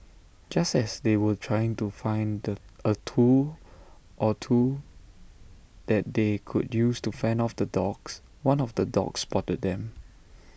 just as they were trying to find the A tool or two that they could use to fend off the dogs one of the dogs spotted them